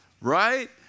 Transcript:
right